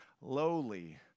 lowly